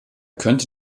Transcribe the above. konnte